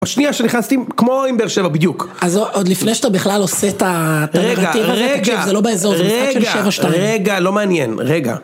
השנייה שנכנסתי, כמו עם באר שבע בדיוק. אז עוד לפני שאתה בכלל עושה את הנרטיב הזה, זה לא באזור זה משחק של שבע שתיים. רגע, לא מעניין, רגע.